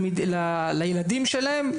לילדים שלהם,